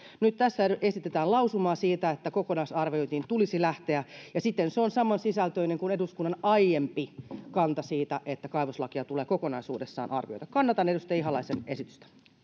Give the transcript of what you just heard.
nyt tässä esitetään lausumaa siitä että kokonaisarviointiin tulisi lähteä ja siten se on samansisältöinen kuin eduskunnan aiempi kanta siitä että kaivoslakia tulee kokonaisuudessaan arvioida kannatan edustaja ihalaisen esitystä